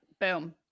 Boom